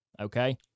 okay